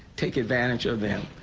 take advantage of them.